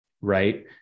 right